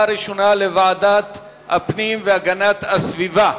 ראשונה בוועדת הפנים והגנת הסביבה.